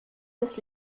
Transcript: des